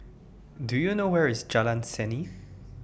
Do YOU know Where IS Jalan Seni